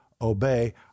obey